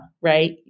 right